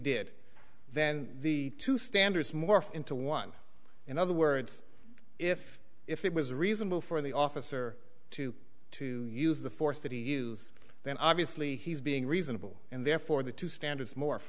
did then the two standards morphed into one in other words if if it was reasonable for the officer to to use the force that he use then obviously he's being reasonable and therefore the two standards mor